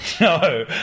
No